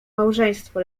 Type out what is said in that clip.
małżeństwo